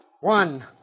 One